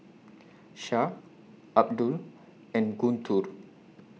Syah Abdul and Guntur